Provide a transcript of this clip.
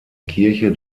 kirche